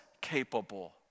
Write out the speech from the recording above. capable